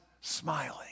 smiling